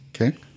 Okay